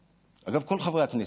אגב, כל חברי הכנסת,